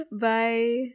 Bye